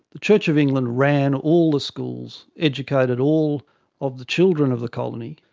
the church of england ran all the schools, educated all of the children of the colony,